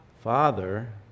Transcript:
Father